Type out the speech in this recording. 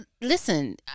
listen